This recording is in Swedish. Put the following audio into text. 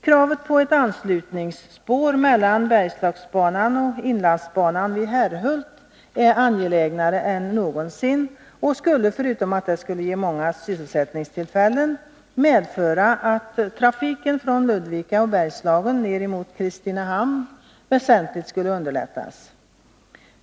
Kravet på ett anslutningsspår mellan Bergslagsbanan och Inlandsbanan vid Herrhult är nu angelägnare än någonsin. Förutom att därigenom skulle skapas många sysselsättningstillfällen, skulle också trafiken från Ludvika och Bergslagen ner mot Kristinehamn väsentligt underlättas.